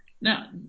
Now